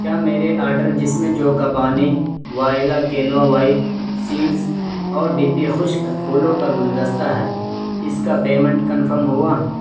کیا میرے آرڈر جس میں جو کا پانی وائلا کینوا وائٹ سیڈز اور ڈی پی خشک پھولوں کا گلدستہ ہے اس کا پیمنٹ کنفرم ہوا